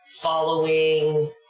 following